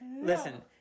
listen